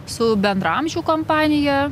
su bendraamžių kompanija